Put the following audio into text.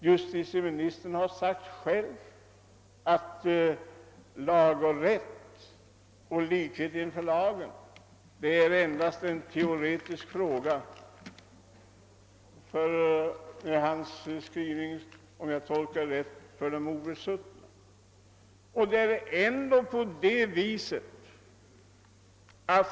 Justitieministern har själv sagt att lag och rätt och likhet inför lagen endast är en teoretisk fråga — om jag tolkar honom rätt — för de obesuttna.